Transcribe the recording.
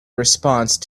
response